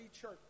church